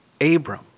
Abram